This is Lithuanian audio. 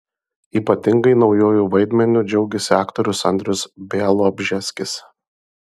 ypatingai naujuoju vaidmeniu džiaugiasi aktorius andrius bialobžeskis